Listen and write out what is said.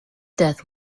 death